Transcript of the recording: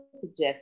suggest